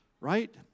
right